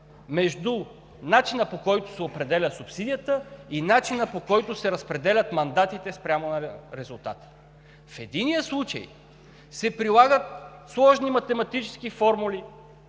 между начина, по който се определя субсидията, и начина, по който се разпределят мандатите спрямо резултата. В единия случай се прилагат сложни математически формули